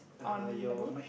on the bush